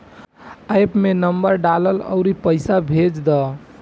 app में number डालअ अउरी पईसा भेज दअ